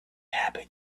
happy